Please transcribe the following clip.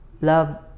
love